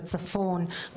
בצפון,